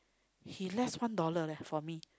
he less one dollar leh for me